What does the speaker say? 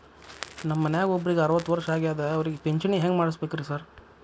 ನಮ್ ಮನ್ಯಾಗ ಒಬ್ರಿಗೆ ಅರವತ್ತ ವರ್ಷ ಆಗ್ಯಾದ ಅವ್ರಿಗೆ ಪಿಂಚಿಣಿ ಹೆಂಗ್ ಮಾಡ್ಸಬೇಕ್ರಿ ಸಾರ್?